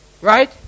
Right